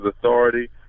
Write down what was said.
authority